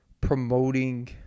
promoting